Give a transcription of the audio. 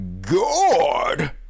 God